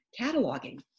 cataloging